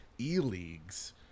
E-Leagues